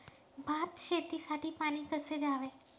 भात शेतीसाठी पाणी कसे द्यावे?